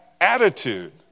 attitude